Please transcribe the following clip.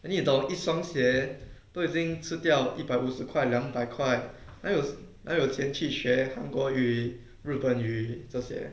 then 你懂一双鞋都已经吃掉一百五十块两百块哪有哪有钱去学韩国语日本语这些